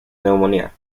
neumonía